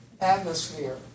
atmosphere